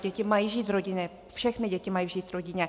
Děti mají žít v rodině, všechny děti mají žít v rodině.